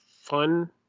fun